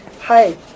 hi